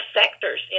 sectors